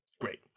great